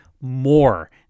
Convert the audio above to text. more